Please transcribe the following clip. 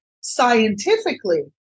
scientifically